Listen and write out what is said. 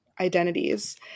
identities